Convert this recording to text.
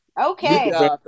Okay